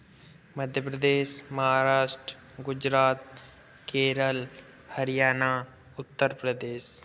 Madhya Pradesh Maharashtra Gujarat Kerala Haryana Uttar Pradesh